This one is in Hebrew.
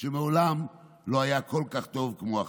שמעולם לא היה כל כך טוב כמו עכשיו.